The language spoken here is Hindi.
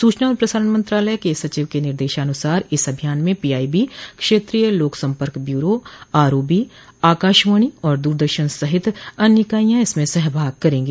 सूचना और प्रसारण मंत्रालय के सचिव के निर्देशानुसार इस अभियान में पीआईबी क्षेत्रीय लोक सम्पर्क ब्यूरो आरओबी आकाशवाणी और दूरदर्शन सहित अन्य इकाईयां इसमें सहभाग करेंगी